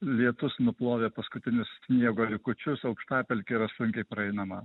lietus nuplovė paskutinius sniego likučius aukštapelkė yra sunkiai praeinama